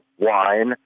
wine